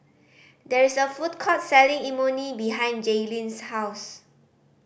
there is a food court selling Imoni behind Jailyn's house